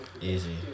easy